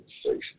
station